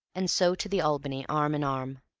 and so to the albany arm-in-arm.